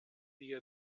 dia